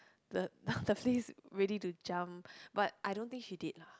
the the place ready to jump but I don't think she did lah